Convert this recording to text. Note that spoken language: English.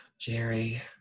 Jerry